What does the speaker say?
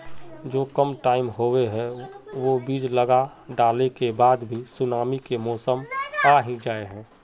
जो कम टाइम होये है वो बीज लगा डाला के बाद भी सुनामी के मौसम आ ही जाय है?